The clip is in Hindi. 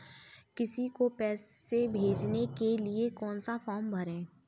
किसी को पैसे भेजने के लिए कौन सा फॉर्म भरें?